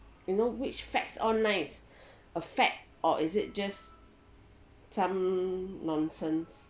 to know which facts are nice a fact or is it just some nonsense